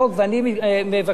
ואני מבקש,